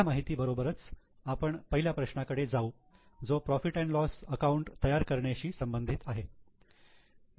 ह्या माहिती बरोबरच आपण पहिल्या प्रश्नाकडे जाऊ जो प्रॉफिट अँड लॉस अकाउंट तयार करणेशी संबंधित आहे